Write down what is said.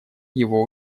его